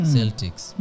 Celtics